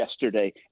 yesterday